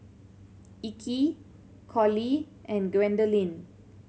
Ike Collie and Gwendolyn